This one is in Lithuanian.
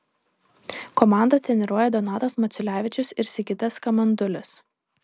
komandą treniruoja donatas maciulevičius ir sigitas kamandulis